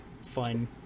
fun